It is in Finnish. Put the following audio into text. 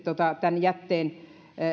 tämän jätteen